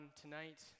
tonight